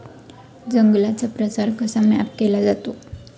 जंगलांचा प्रसार कसा मॅप केला जातो?